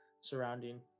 surrounding